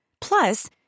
Plus